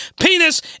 penis